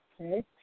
Okay